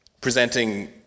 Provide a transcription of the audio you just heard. presenting